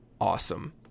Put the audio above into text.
awesome